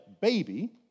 baby